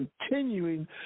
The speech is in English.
continuing